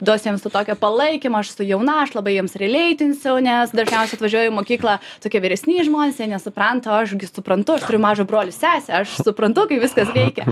duosiu jiems to tokio palaikymo aš esu jauna aš labai jiems releitinsiu nes dažniausiai atvažiuoja į mokyklą tokie vyresni žmonės jie nesupranta o aš gi suprantu aš turiu mažą brolį sesę aš suprantu kaip viskas veikia